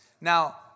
Now